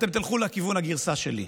אתם תלכו לכיוון הגרסה שלי,